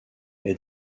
est